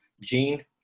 gene